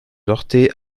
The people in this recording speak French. heurter